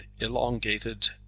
elongated